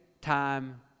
time